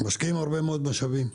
משקיעים הרבה מאוד משאבים,